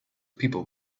people